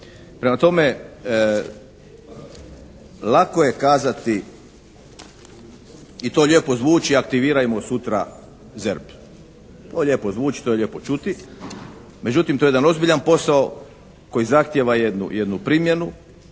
Prema tome lako je kazati i to lijepo zvuči: «Aktivirajmo sutra ZERP». To lijepo zvuči, to je lijepo čuti međutim to je jedan ozbiljan posao koji zahtijeva jednu primjenu